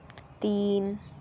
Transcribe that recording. तीन